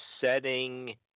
setting